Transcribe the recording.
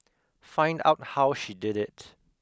find out how she did it